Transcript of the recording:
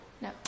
No